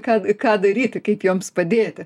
ką ką daryti kaip joms padėti